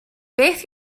beth